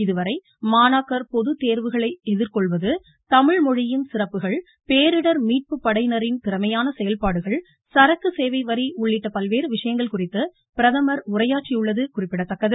இதுவரை மாணாக்கர் பொதுத்தேர்வுகளை எதிர்கொள்வது தமிழ்மொழியின் சிறப்புகள் பேரிடர் மீட்பு படையினரின் திறமையான செயல்பாடுகள் சரக்கு சேவை வரி உள்ளிட்ட பல்வேறு விஷயங்கள் குறித்து பிரதமர் உரையாற்றியுள்ளது குறிப்பிடத்தக்கது